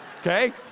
Okay